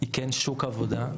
היא כן שוק עבודה.